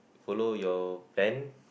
follow your plan